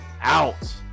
out